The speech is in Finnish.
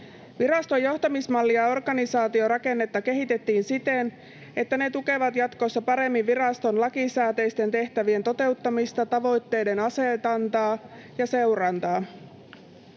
Viraston johtamismallia ja organisaatiorakennetta kehitettiin siten, että ne tukevat jatkossa paremmin viraston lakisääteisten tehtävien toteuttamista, tavoitteiden asetantaa ja seurantaa.